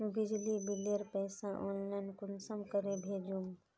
बिजली बिलेर पैसा ऑनलाइन कुंसम करे भेजुम?